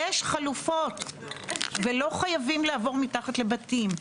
יש חלופות ולא חייבים לעבור מתחת לבתים,